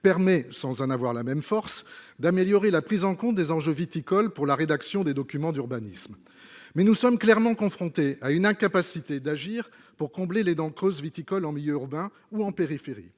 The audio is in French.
permet, sans en avoir la même force, d'améliorer la prise en compte des enjeux viticoles pour la rédaction des documents d'urbanisme, mais nous sommes clairement confrontés à une incapacité d'agir pour combler les dents creuses viticoles en milieu urbain ou en périphérie.